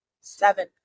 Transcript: seven